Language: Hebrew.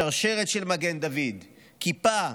שרשרת של מגן דוד, כיפה,